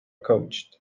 coached